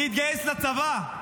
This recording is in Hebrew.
להתגייס לצבא,